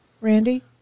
Randy